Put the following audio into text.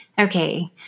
okay